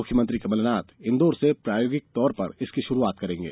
मुख्यमंत्री कमलनाथ इन्दौर से प्रायोगिक तौर पर इसकी षुरुआत करेंगे